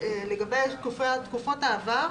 אחרי שאתם מגיעים להסכמות,